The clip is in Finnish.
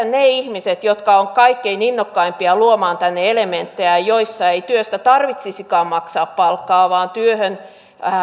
ne ihmiset jotka ovat kaikkein innokkaimpia luomaan tänne elementtejä joissa ei työstä tarvitsisikaan maksaa palkkaa vaan työhön